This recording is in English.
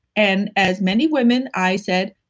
and as many women, i said,